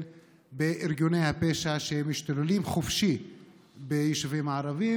בארגוני הפשע שמשתוללים חופשי ביישובים הערביים,